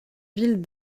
ville